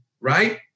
right